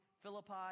Philippi